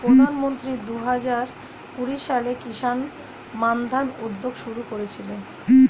প্রধানমন্ত্রী দুহাজার কুড়ি সালে কিষান মান্ধান উদ্যোগ শুরু করেছিলেন